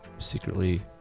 Secretly